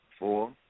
Four